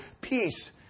peace